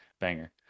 banger